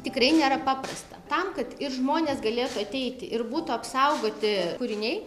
tikrai nėra paprasta tam kad ir žmonės galėtų ateiti ir būtų apsaugoti kūriniai